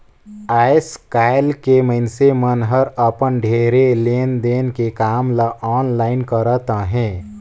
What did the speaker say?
आएस काएल के मइनसे मन हर अपन ढेरे लेन देन के काम ल आनलाईन करत अहें